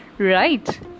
right